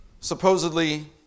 supposedly